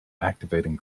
activating